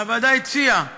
הוועדה הציעה